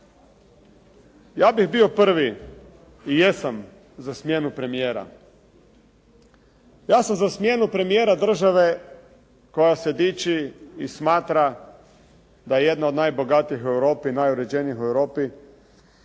Ja bih bio prvi i jesam za smjenu premijera. Ja sam za smjenu premijera države koja se diči i smatra da je jedna od najbogatijih u Europi, najuređenijih u Europi